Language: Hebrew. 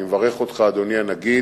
אני מברך אותך, אדוני הנגיד.